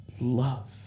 love